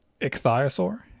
ichthyosaur